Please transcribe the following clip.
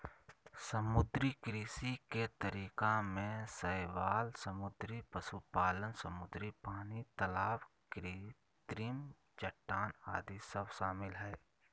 समुद्री कृषि के तरीका में शैवाल समुद्री पशुपालन, समुद्री पानी, तलाब कृत्रिम चट्टान आदि सब शामिल हइ